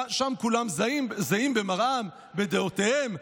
שם כולם זהים במראם, בדעותיהם.